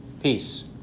peace